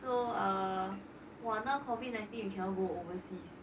so err !wah! now COVID nineteen you cannot go overseas